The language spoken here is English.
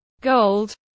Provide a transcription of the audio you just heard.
gold